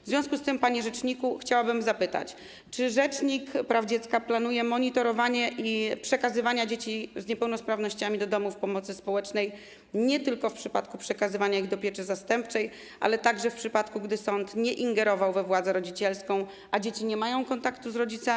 W związku z tym, panie rzeczniku, chciałabym zapytać: Czy rzecznik praw dziecka planuje monitorowanie i przekazywanie dzieci z niepełnosprawnościami do domów pomocy społecznej nie tylko w przypadku przekazywania ich do pieczy zastępczej, ale także w przypadku, gdy sąd nie ingerował we władzę rodzicielską, a dzieci nie mają kontaktu z rodzicami?